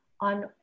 on